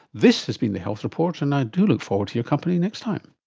this has been the health report, and i do look forward to your company next time